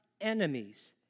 enemies